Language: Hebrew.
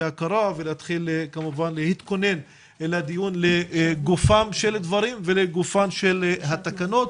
הקורה ולהתחיל להתכונן לדיון לגופם של דברים ולגופן של התקנות.